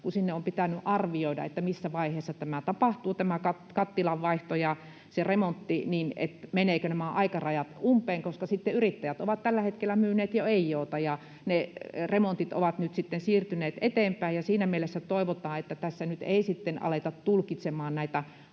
kun sinne on pitänyt arvioida, missä vaiheessa tämä kattilan vaihto ja remontti tapahtuvat, että menevätkö nämä aikarajat umpeen, koska yrittäjät ovat tällä hetkellä jo myyneet ei oota ja ne remontit ovat sitten siirtyneet eteenpäin. Siinä mielessä toivotaan, että tässä nyt ei aleta tulkitsemaan näitä